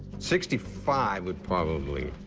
sixty five would probably